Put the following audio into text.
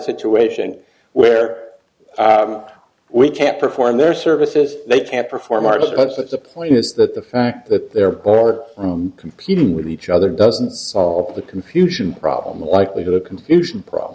situation where we can't perform their services they can't perform artist but that's the point is that the fact that they're bore from competing with each other doesn't solve the confusion problem a likelihood confusion problem